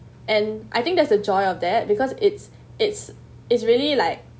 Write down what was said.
and I think there's a joy of that because it's it's it's really like